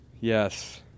Yes